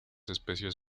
especies